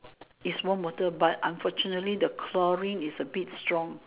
its warm water but unfortunately the chlorine is a bit strong